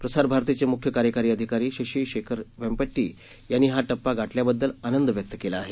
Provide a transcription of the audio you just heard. प्रसारभारतीचे मुख्य कार्यकारी अधिकारी शशी शेखर वैंपटी यांनी हा टप्पा गाठल्याबद्दल आनंद व्यक्त केला आहे